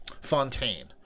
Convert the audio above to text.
Fontaine